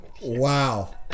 Wow